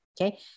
okay